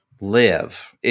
live